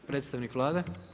Predstavnik Vlade.